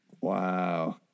wow